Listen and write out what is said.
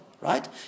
right